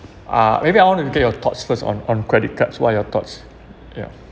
uh maybe I want to get your thoughts first on on credit cards what are your thoughts yeah